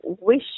wish